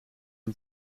een